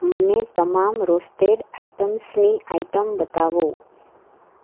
મને તમામ રોસ્ટેડ આઈટમ્સની આઈટમ બતાવો